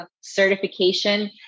certification